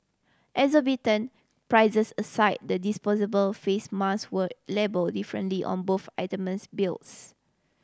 exorbitant prices aside the disposable face mask were labelled differently on both itemised bills